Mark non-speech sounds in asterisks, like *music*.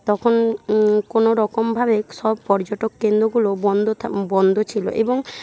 তখন কোনো রকমভাবে সব পর্যটক কেন্দ্রগুলো বন্ধ *unintelligible* বন্ধ ছিল এবং